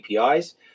APIs